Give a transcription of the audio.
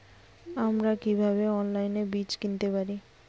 আমরা কীভাবে অনলাইনে বীজ কিনতে পারি?